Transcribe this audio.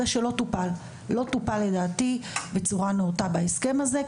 שלא טופל לדעתי בצורה נאותה בהסכם הזה.